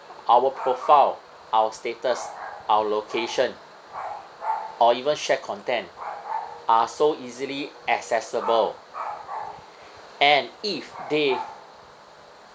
our profile our status our location or even share content are so easily accessible and if they